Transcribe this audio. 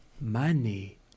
money